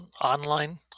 Online